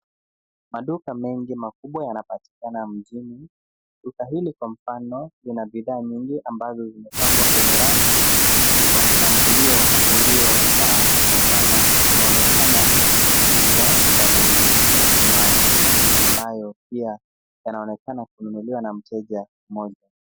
Maduka mengi makubwa yanapatikana mjini. Duka hili kwa mfano lina bidhaa nyingi ambazo zimepangwa kwenye rafu kwa mpangilio uliofaa kwa mfano kunaonekana unga, sabuni, maji ambayo pia yanaonekana kununuliwa na mteja mmoja.